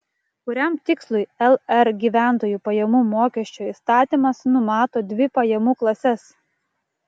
kuriam tikslui lr gyventojų pajamų mokesčio įstatymas numato dvi pajamų klases